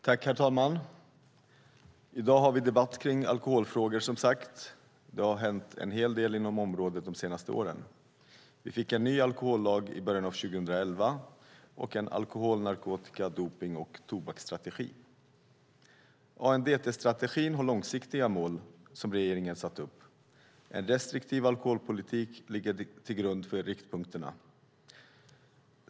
Herr talman! I dag har vi debatt om alkoholfrågor, som sagt. Det har hänt en hel del inom området de senaste åren. Vi fick en ny alkohollag i början av 2011 och en alkohol-, narkotika-, dopnings och tobaksstrategi. ANDT-strategin har långsiktiga mål som regeringen har satt upp. En restriktiv alkoholpolitik ligger till grund för riktpunkterna.